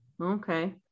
Okay